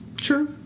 sure